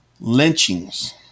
lynchings